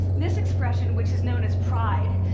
this expression, which is known as pride,